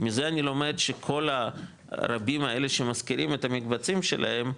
מזה אני לומד שכל הרבים האלה שמשכירים את המקבצים שלהם,